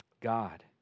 God